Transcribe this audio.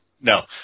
no